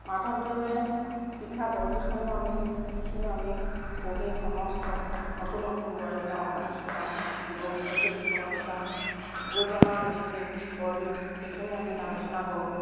মাধৱদেৱে লিখা বৰগীতসমূহ আমি সেইখিনিও আমি পঢ়ি সমস্ত নতুন নতুন বোৱাৰীবিলাকক আমি শিকাও যুৱক যুৱতীসকলক শিকাও গুৰুজনাৰ যিখিনি বৰগীত সেইখিনি আমি আলোচনা কৰোঁ